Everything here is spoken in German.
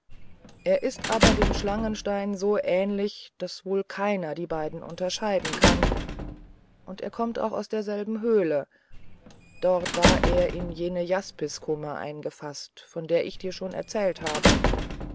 er ist aber dem schlangenstein so ähnlich daß wohl keiner die beiden unterscheiden kann und er kommt auch aus derselben höhle dort war er in jene jaspiskumme eingefaßt von der ich dir schon erzählt habe